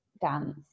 dance